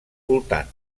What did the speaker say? voltant